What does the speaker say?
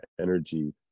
energy